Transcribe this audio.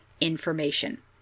information